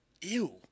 Ew